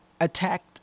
attacked